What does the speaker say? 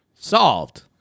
Solved